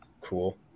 cool